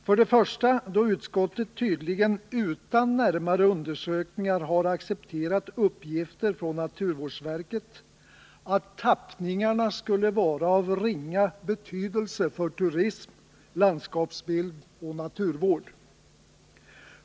För det första har utskottet tydligen utan närmare undersökningar accepterat uppgifter från naturvårdsverket om att tappningarna skulle vara av ringa betydelse för turism, landskapsbild och naturvård.